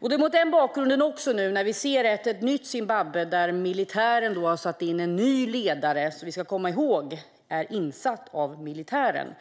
Det är bakgrunden när vi nu ser ett nytt Zimbabwe med en ny ledare, som vi dock ska komma ihåg är insatt av militären.